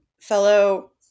fellow